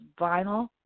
vinyl